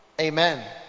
amen